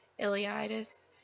ileitis